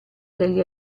degli